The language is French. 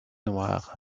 noire